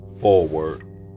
forward